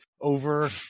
over